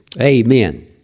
Amen